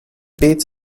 beats